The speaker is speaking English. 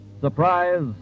surprise